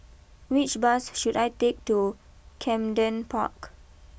which bus should I take to Camden Park